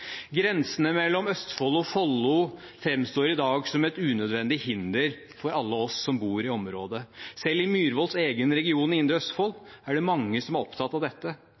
Grensene mellom Østfold og Follo framstår i dag som et unødvendig hinder for alle oss som bor i området. Selv i Myhrvolds egen region Indre Østfold er det mange som er opptatt av dette.